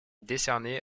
décerné